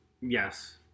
Yes